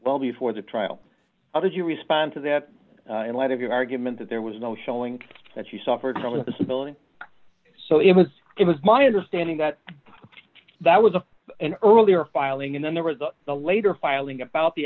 well before the trial how did you respond to that in light of your argument that there was no showing that she suffered from a disability so it was it was my understanding that that was an earlier filing and then there was the later filing about the